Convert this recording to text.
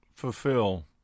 fulfill